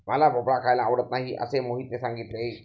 मला भोपळा खायला आवडत नाही असे मोहितने सांगितले